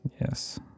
Yes